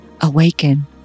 awaken